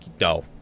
no